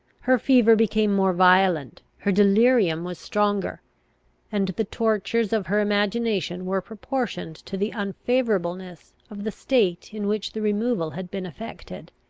her fever became more violent her delirium was stronger and the tortures of her imagination were proportioned to the unfavourableness of the state in which the removal had been effected.